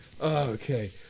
Okay